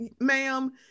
ma'am